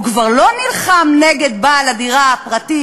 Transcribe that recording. הוא כבר לא נלחם נגד בעל הדירה הפרטי,